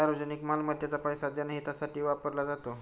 सार्वजनिक मालमत्तेचा पैसा जनहितासाठी वापरला जातो